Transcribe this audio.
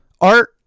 art